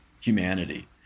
humanity